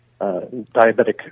diabetic